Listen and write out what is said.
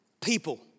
people